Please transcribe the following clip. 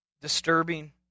Disturbing